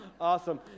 awesome